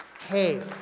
Hey